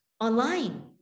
online